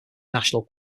national